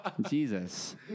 Jesus